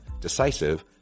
decisive